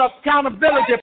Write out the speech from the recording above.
accountability